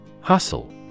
Hustle